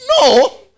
No